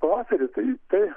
pavasarį tai tai